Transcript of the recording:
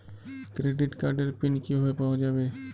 Credit কার্ডের pin কিভাবে পাওয়া যাবে?